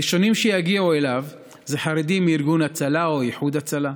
הראשונים שיגיעו אליו זה חרדים מארגון הצלה או איחוד הצלה,